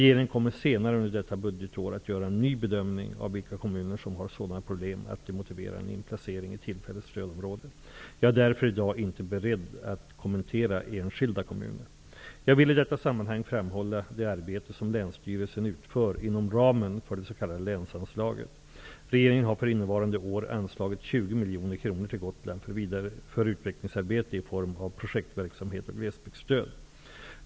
Regeringen kommer senare under detta budgetår att göra en ny bedömning av vilka kommuner som har sådana problem att de motiverar en inplacering i tillfälligt stödområde. Jag är därför i dag inte beredd att kommentera enskilda kommuner. Jag vill i detta sammanhang framhålla det arbete som länsstyrelsen utför inom ramen för det s.k. länsanslaget. Regeringen har för innevarande år anslagit 20 miljoner kronor till Gotland för utvecklingsarbete i form av projektverksamhet och glesbygdsstöd.